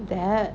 that